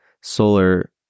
solar